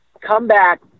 comeback